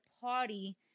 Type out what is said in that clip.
party